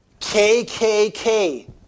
KKK